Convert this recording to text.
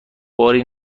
باری